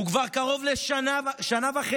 הוא כבר קרוב לשנה וחצי